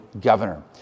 governor